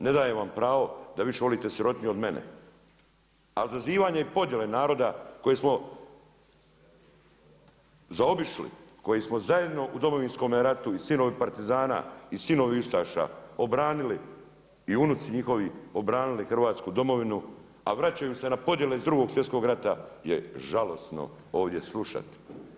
Ne daje vam pravo da više volite sirotinju od mene, ali zazivanje podjele naroda koji smo zaobišli, koji smo zajedno u Domovinskom ratu i sinovi partizana i sinovi ustaša obranili i unuci njihovi obranili Hrvatsku domovinu, a vraćaju se na podjele iz Drugog svjetskog rata je žalosno ovdje slušati.